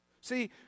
See